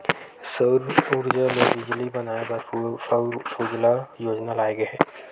सउर उरजा ले बिजली बनाए बर सउर सूजला योजना लाए गे हे